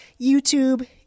YouTube